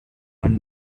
when